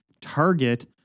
target –